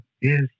Yes